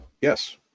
Yes